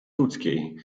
ludzkiej